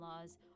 laws